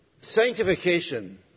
Sanctification